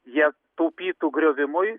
jie taupytų griovimui